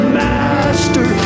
master